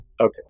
Okay